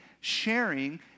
sharing